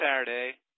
Saturday